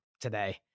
today